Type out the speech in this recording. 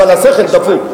אבל השכל דפוק.